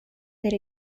their